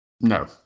no